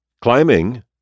Climbing